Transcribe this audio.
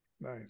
Nice